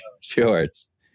Shorts